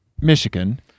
Michigan